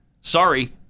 Sorry